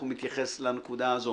איך הוא מתייחס לנקודה הזו